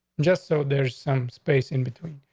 just so there's some space in between.